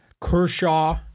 Kershaw